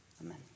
Amen